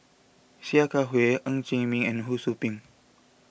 Sia Kah Hui Ng Chee Meng and Ho Sou Ping